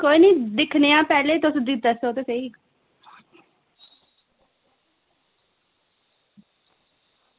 कोई निं लैने आं पैह्लें तुस दस्सो ते सेही